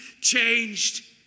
changed